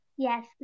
Yes